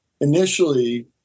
initially